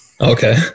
Okay